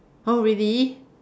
!huh! really